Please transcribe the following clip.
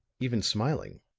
even smiling.